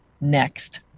next